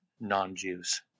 non-Jews